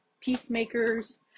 peacemakers